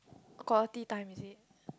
quality time is it